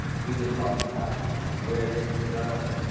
we'd been talking about you know her career and she wants to be a journalist.